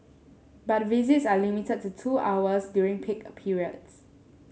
but visits are limited to two hours during peak periods